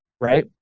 right